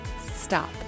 Stop